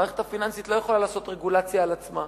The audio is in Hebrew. לא יכולה לעשות רגולציה על עצמה.